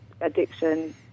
Addiction